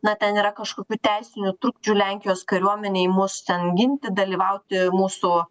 na ten yra kažkokių teisinių trukdžių lenkijos kariuomenei mus ten ginti dalyvauti mūsų